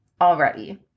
already